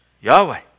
Yahweh